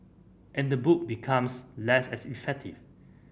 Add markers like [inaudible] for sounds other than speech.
and the book becomes less [unintelligible] effective